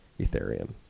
Ethereum